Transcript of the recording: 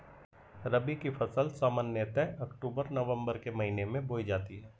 रबी की फ़सल सामान्यतः अक्तूबर नवम्बर के महीने में बोई जाती हैं